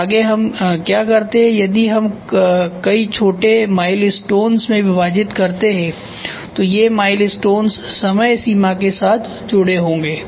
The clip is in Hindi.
तो आगे हम क्या करते है यदि हम कई छोटे माइलस्टोंस में विभाजित करते हैं तो ये माइलस्टोंस समय सीमा के साथ जुड़े होंगे